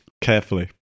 Carefully